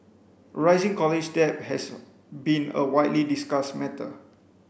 rising college debt has been a widely discussed matter